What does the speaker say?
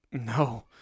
no